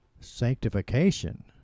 Sanctification